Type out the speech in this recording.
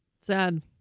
Sad